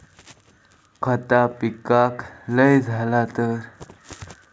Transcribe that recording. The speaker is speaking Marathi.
खता पिकाक लय झाला तर?